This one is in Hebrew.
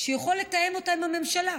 שיוכל לתאם אותה עם הממשלה.